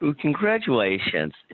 Congratulations